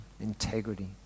integrity